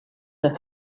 for